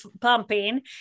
pumping